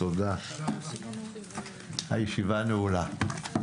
הישיבה נעולה.